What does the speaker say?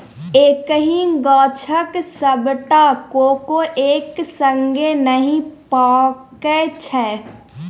एक्कहि गाछक सबटा कोको एक संगे नहि पाकय छै